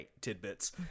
tidbits